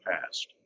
past